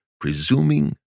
presuming